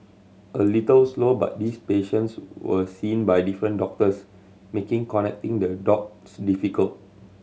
a little slow but these patients were seen by different doctors making connecting the dots difficult